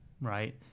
Right